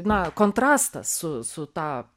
na kontrastas su su ta